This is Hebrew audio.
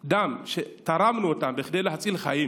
דם שתרמנו אותן כדי להציל חיים,